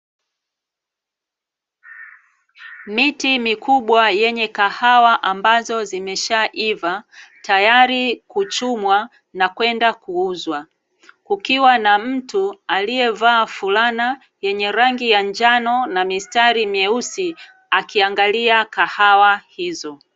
Miti mikubwa yenye kahawa ambazo zimeshaiva, tayari kuchumwa na kwenda kuuzwa. Kukiwa na mtu aliyevaa fulana, yenye rangi ya njano na mistari meusi akiangalia kahawa hizo.